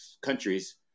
countries